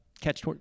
catch